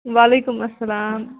وعلیکُم السَلام